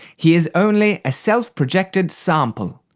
he is only a self-projected sample.